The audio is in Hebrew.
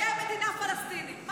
לא תהיה מדינה פלסטינית.